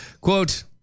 Quote